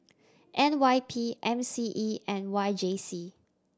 N Y P M C E and Y J C